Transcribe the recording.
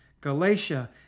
Galatia